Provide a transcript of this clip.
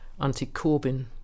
anti-Corbyn